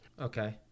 Okay